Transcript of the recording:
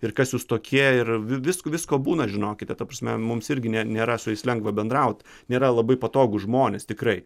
ir kas jūs tokie ir vi visko visko būna žinokite ta prasme mums irgi ne nėra su jais lengva bendraut nėra labai patogūs žmonės tikrai